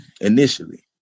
initially